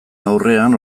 aurrean